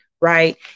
right